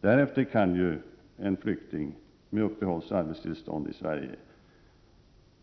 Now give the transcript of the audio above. Därefter kan en flykting med uppehållsoch arbetstillstånd i Sverige